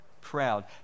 proud